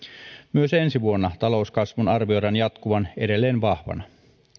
myös ensi vuonna talouskasvun arvioidaan jatkuvan edelleen vahvana